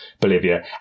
Bolivia